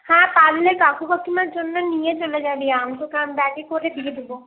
হ্যাঁ পারলে কাকু কাকিমার জন্য নিয়ে চলে যাবি আমি তোকে আম ব্যাগে করে দিয়ে দেবো